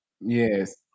yes